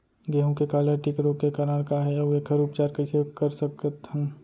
गेहूँ के काला टिक रोग के कारण का हे अऊ एखर उपचार कइसे कर सकत हन?